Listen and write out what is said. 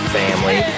family